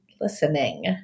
listening